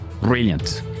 Brilliant